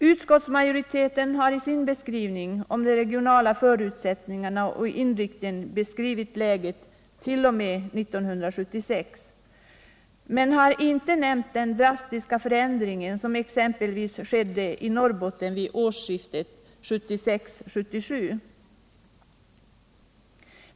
Utskottsmajoriteten har i sin beskrivning av regionalpolitikens inriktning och förutsättningar beskrivit läget fram t.o.m. 1976 men har inte nämnt den drastiska förändring som skedde exempelvis i Norrbotten vid årsskiftet 1976 1977.